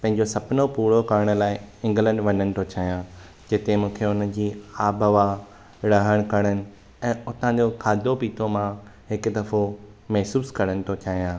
पंहिंजो सुपिनो पूरो करण लाइ इंग्लैंड वञणु पियो चाहियां जिते मूंखे हुन जी आबहवा रहणु करणु ऐं हुतां जो खाधो पीतो मां हिकु दफ़ो महिसूसु करणु पियो चाहियां